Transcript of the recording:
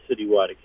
Citywide